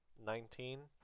Nineteen